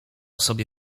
sobie